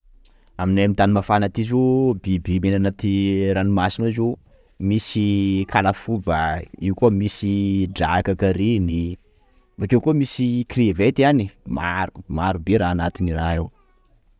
Aminay amy tany mafana aty zio, biby mihaina anaty ranomasina ao zio, misy kalafoba, io koa misy drakaka reny, bokeo koa misy crevette any ai, maro maro be raha anatiny raha io ao.